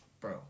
Bro